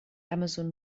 amazon